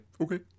okay